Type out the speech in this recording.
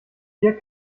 hier